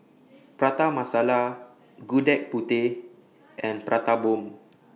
Prata Masala Gudeg Putih and Prata Bomb